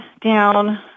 down